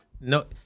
No